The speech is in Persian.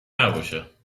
نباشه